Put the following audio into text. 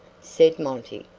said monty,